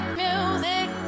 music